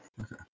Okay